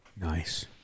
Nice